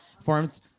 forms